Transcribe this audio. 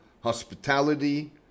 hospitality